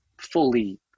fully